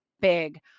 big